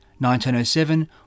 1907